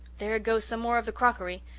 there goes some more of the crockery.